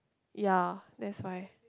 ya that's why